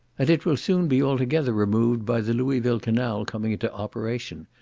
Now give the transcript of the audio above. and it will soon be altogether removed by the louisville canal coming into operation,